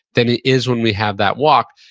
than it is when we have that walk.